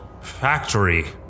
factory